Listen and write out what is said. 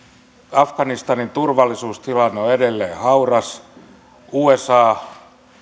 afganistanin turvallisuustilanne on edelleen hauras usa